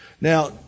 Now